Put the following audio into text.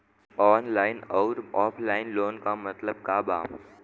Online अउर offline loan क मतलब का बा?